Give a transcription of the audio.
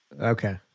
Okay